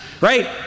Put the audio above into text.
right